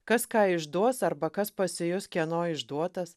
kas ką išduos arba kas pasijus kieno išduotas